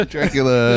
Dracula